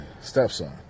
stepson